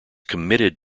committed